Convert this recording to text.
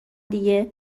دیگه